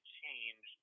change